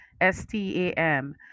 S-T-A-M